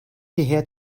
hierher